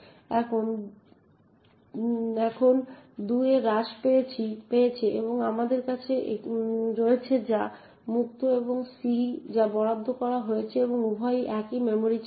এখন 2 এ হ্রাস পেয়েছে এবং আমাদের কাছে একটি রয়েছে যা মুক্ত এবং c যা বরাদ্দ করা হয়েছে এবং উভয়ই একই মেমরি চাঙ্ক